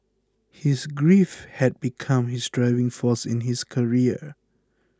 his grief had become his driving force in his career